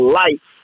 life